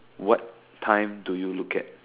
what time do you look at